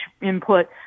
input